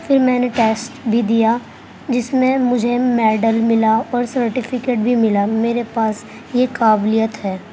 پھر میں نے ٹیسٹ بھی دیا جس میں مجھے میڈل ملا اور سرٹیفکیٹ بھی ملا میرے پاس یہ قابلیت ہے